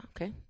Okay